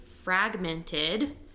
fragmented